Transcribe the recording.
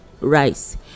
rice